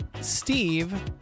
Steve